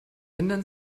ändern